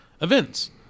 events